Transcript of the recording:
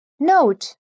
Note